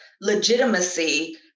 legitimacy